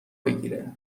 بگیره